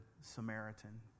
Samaritan